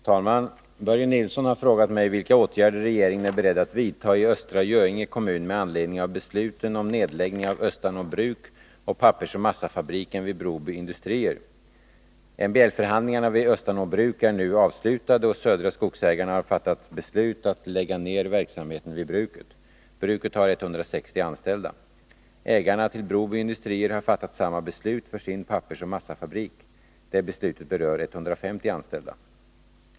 Herr talman! Börje Nilsson har frågat mig vilka åtgärder regeringen är beredd att vidta i Östra Göinge kommun med anledning av besluten om nedläggning av Östanå Bruk och pappersoch massafabriken vid Broby Industrier. MBL-förhandlingarna vid Östanå Bruk är nu avslutade, och Södra Skogsägarna har fattat beslut om att lägga ner verksamheten vid bruket. Bruket har 160 anställda. Ägarna till Broby Industrier har fattat samma beslut för sin pappersoch massafabrik. Det beslutet berör 150 anställda.